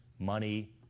money